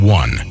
one